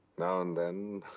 now and then,